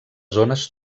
zones